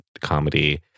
comedy